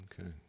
Okay